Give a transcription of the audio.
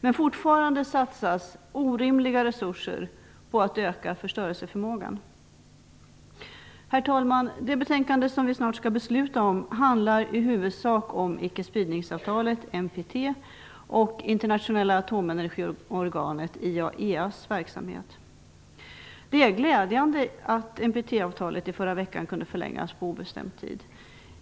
Men det satsas fortfarande orimliga resurser på att öka förstörelseförmågan. Herr talman! Det betänkande som vi snart skall besluta om handlar i huvudsak om icke-spridningsavtalet NPT och det internationella atomenergiorganet IAEA:s verksamhet. Det är glädjande att NPT-avtalet kunde förlängas på obestämd tid i förra veckan.